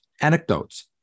anecdotes